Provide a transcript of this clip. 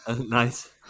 Nice